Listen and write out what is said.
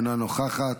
אינה נוכחת,